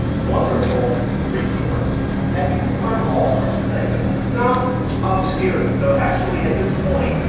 wonderful resource and you can learn all sorts of things and this is not obscure. so actually at this point,